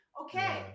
okay